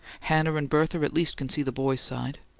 hannah and bertha at least can see the boys' side.